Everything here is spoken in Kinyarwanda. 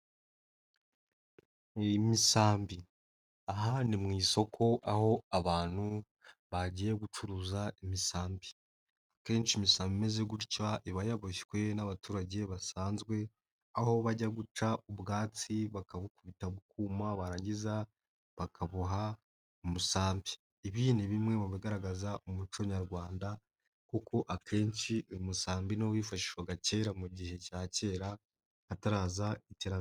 Imisambi aha ni mu isoko aho abantu bagiye gucuruza imisambi akenshi imisambi imeze gutyo iba yaboshywe n'abaturage basanzwe aho bajya guca ubwatsi bakabukubita bukuma barangiza bakaboha umusambi ibi ni bimwe mu bigaragaza umuco nyarwanda kuko akenshi uyu musambi niwo wifashishwaga kera mu gihe cya kera hataraza iterambere.